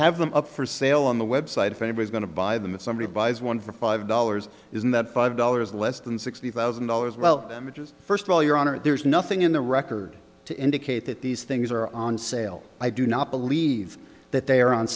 have them up for sale on the web site if anybody's going to buy them if somebody buys one for five dollars isn't that five dollars less than sixty thousand dollars well images first of all your honor there's nothing in the record to indicate that these things are on sale i do not believe that they are on